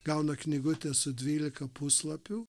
gauna knygutę su dvylika puslapių